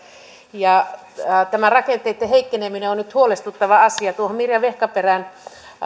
ja tämä rakenteitten heikkeneminen on nyt huolestuttava asia tuohon mirja vehkaperän